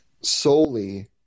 solely